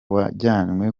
wajyanywe